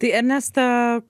tai ernesta